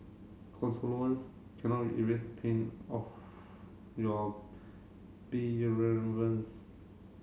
cannot erase the pain of your